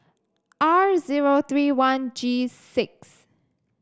R zero three one G six